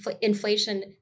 inflation